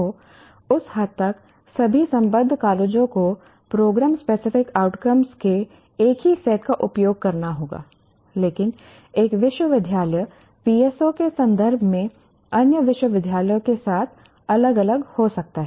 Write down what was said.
तो उस हद तक सभी संबद्ध कॉलेजों को प्रोग्राम स्पेसिफिक आउटकम्स के एक ही सेट का उपयोग करना होगा लेकिन एक विश्वविद्यालय PSO के संदर्भ में अन्य विश्वविद्यालयों के साथ अलग अलग हो सकता है